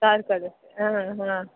ಕಾರ್ಕಳ ಹಾಂ ಹಾಂ